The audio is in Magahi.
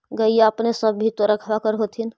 गईया अपने सब भी तो रखबा कर होत्थिन?